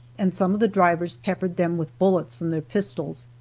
and some of the drivers peppered them with bullets from their pistols.